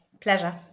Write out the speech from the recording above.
Pleasure